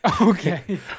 Okay